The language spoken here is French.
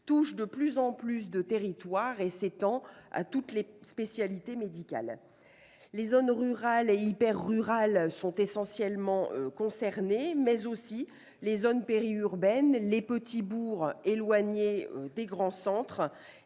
touche de plus en plus de territoires et s'étend à toutes les spécialités médicales. Les zones rurales et hyper-rurales sont essentiellement concernées, mais les zones périurbaines, les petits bourgs éloignés des grands centres